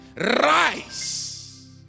rise